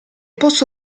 posso